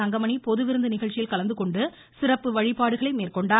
தங்கமணி பொதுவிருந்து நிகழ்ச்சியில் கலந்துகொண்டு சிறப்பு வழிபாடுகளை மேற்கொண்டார்